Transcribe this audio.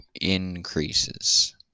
increases